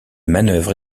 manœuvres